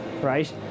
right